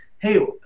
hey